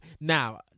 Now